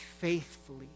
faithfully